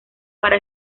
para